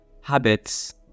habits